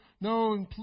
No